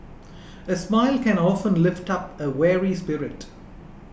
a smile can often lift up a weary spirit